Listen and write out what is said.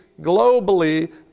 globally